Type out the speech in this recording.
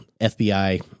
FBI